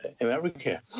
America